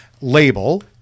label